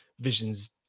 Vision's